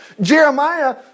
Jeremiah